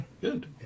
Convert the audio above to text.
Good